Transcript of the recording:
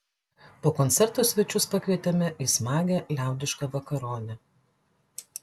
po koncerto svečius pakvietėme į smagią liaudišką vakaronę